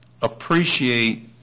appreciate